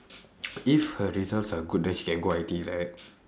if her results are good then she can go I_T_E right